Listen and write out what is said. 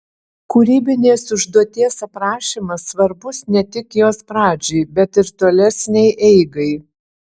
kūrybinės užduoties aprašymas svarbus ne tik jos pradžiai bet ir tolesnei eigai